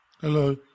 Hello